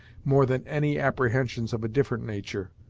more than any apprehensions of a different nature.